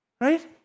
right